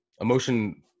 Emotion